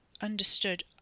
Understood